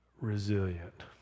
resilient